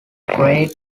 great